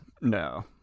No